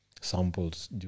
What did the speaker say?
samples